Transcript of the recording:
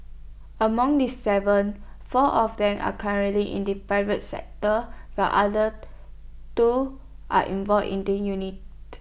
among the Seven four are of them are currently in the private sector while other two are involved in the union